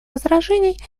возражений